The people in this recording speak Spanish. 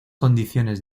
condiciones